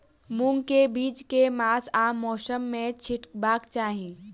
मूंग केँ बीज केँ मास आ मौसम मे छिटबाक चाहि?